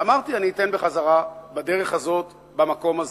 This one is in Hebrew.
אמרתי: אני אתן בחזרה בדרך הזאת, במקום הזה,